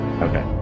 Okay